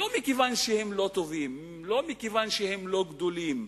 לא מכיוון שהם לא טובים, לא מכיוון שהם לא גדולים,